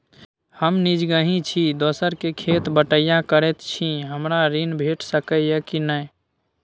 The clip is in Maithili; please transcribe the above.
हम निजगही छी, दोसर के खेत बटईया करैत छी, हमरा ऋण भेट सकै ये कि नय?